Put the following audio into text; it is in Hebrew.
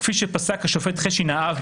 כפי שפסק השופט חשין האב,